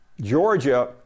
Georgia